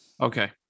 Okay